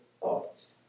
thoughts